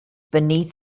beneath